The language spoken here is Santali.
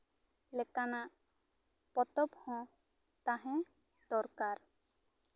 ᱞᱮᱠᱟᱱᱟᱜ ᱯᱚᱛᱚᱵ ᱦᱚᱸ ᱛᱟᱦᱮᱸ ᱫᱚᱨᱠᱟᱨ